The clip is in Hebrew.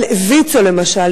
על ויצו למשל?